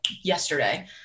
yesterday